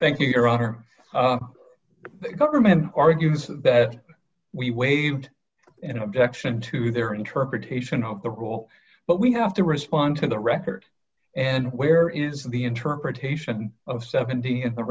thank you your honor government arguments that we waived in objection to their interpretation of the rule but we have to respond to the record and where is the interpretation of seventy and the